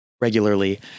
regularly